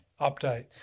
update